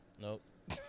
Nope